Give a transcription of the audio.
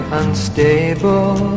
unstable